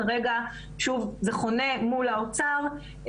כרגע זה חונה מול האוצר,